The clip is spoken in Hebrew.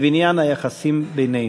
לבניין היחסים בינינו.